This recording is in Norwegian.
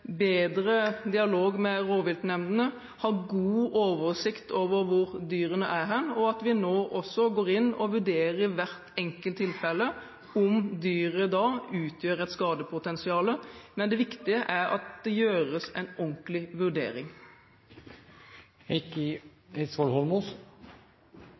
bedre dialog med rovviltnemndene og god oversikt over hvor dyrene er hen, og vi går også inn og vurderer i hvert enkelt tilfelle om dyret utgjør et skadepotensial. Det viktige er at det gjøres en ordentlig vurdering.